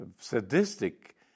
sadistic